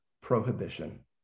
prohibition